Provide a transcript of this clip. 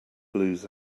blues